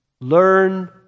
learn